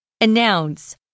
Announce